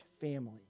family